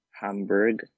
Hamburg